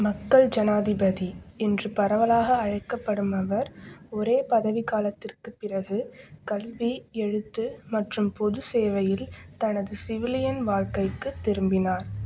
மக்கள் ஜனாதிபதி என்று பரவலாக அழைக்கப்படும் அவர் ஒரே பதவிக் காலத்திற்குப் பிறகு கல்வி எழுத்து மற்றும் பொது சேவையில் தனது சிவிலியன் வாழ்க்கைக்குத் திரும்பினார்